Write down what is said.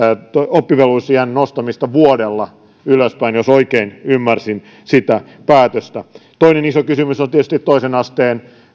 oppivelvollisuusiän nostamista vuodella ylöspäin jos oikein ymmärsin sitä päätöstä toinen iso kysymys on tietysti toisen asteen